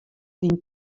dyn